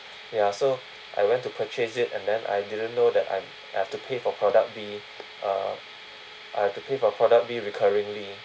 ya so I went to purchase it and then I didn't know that I'm I have to pay for product B uh I have to pay for product B recurringly